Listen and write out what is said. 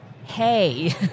hey